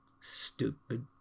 Stupid